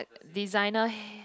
designer h~